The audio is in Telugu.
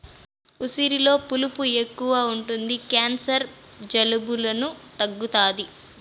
ఉసిరిలో పులుపు ఎక్కువ ఉంటది క్యాన్సర్, జలుబులను తగ్గుతాది